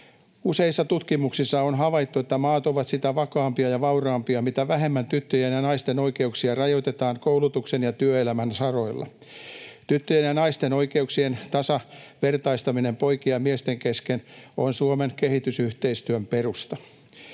Useissa tutkimuksissa on havaittu, että maat ovat sitä vakaampia ja vauraampia, mitä vähemmän tyttöjen ja naisten oikeuksia rajoitetaan koulutuksen ja työelämän saroilla. Tyttöjen ja naisten oikeuksien tasavertaistaminen poikien ja miesten kanssa on Suomen kehitysyhteistyön perusta.